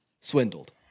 Swindled